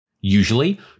Usually